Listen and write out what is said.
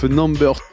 number